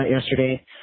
yesterday